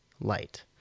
light